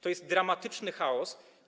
To jest dramatyczny chaos.